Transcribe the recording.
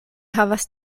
havas